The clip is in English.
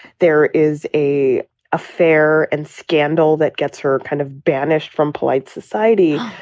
there is a affair and scandal that gets her kind of banished from polite society.